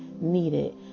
needed